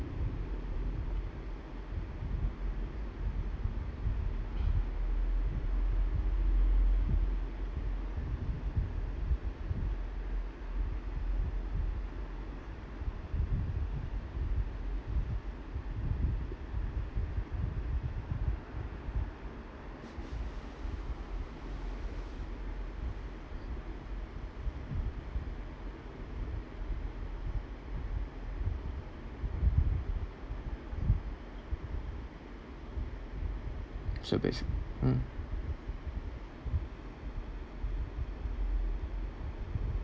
so basic mm